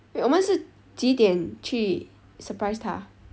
wait 我们是几点去 surprise 他